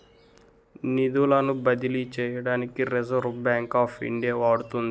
నిధులను బదిలీ చేయడానికి రిజర్వ్ బ్యాంక్ ఆఫ్ ఇండియా వాడుతుంది